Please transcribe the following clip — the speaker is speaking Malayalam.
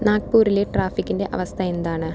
നാഗ്പൂരിലെ ട്രാഫിക്കിൻ്റെ അവസ്ഥ എന്താണ്